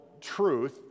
truth